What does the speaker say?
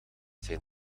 zijn